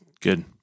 Good